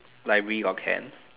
library got camp